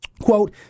quote